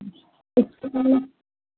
इसके पहले